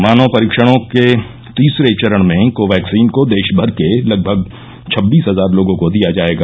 मानव परीक्षणों के तीसरे चरण में कोवैक्सीन को देश भर के लगभग छब्बीस हजार लोगों को दिया जाएगा